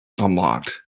Unlocked